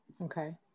Okay